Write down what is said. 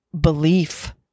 belief